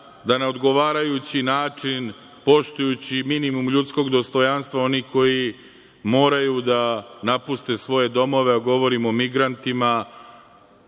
da na odgovarajući način, poštujući minimum ljudskog dostojanstva onih koji moraju da napuste svoje domove, a govorim o migrantima,